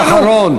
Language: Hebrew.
משפט אחרון.